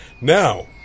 Now